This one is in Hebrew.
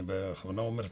אני בכוונה אומר טיפולי,